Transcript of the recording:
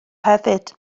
hefyd